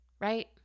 Right